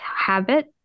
habit